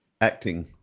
acting